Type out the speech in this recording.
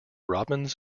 robbins